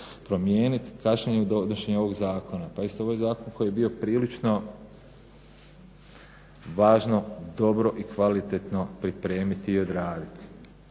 promijeniti. Kašnjenje u donošenju ovog zakona, pazite ovo je zakon koji je bio prilično važno dobro i kvalitetno pripremiti i odraditi.